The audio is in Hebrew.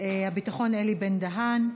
הביטחון אלי בן-דהן.